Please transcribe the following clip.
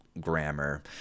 grammar